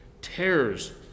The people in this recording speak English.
Terrors